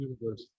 universe